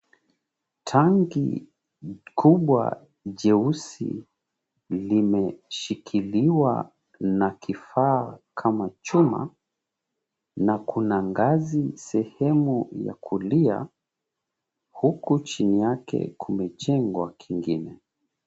Tanki kubwa jeusi limeshikiliwa na kifaa kama chuma, na kuna ngazi sehemu ya kulia. Huku chini yake kumejengwa kengine.